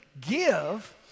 Give